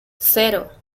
cero